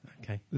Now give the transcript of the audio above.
Okay